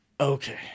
Okay